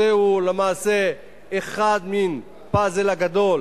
הנושא הוא למעשה חלק אחד מהפאזל הגדול